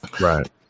Right